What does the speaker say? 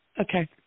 Okay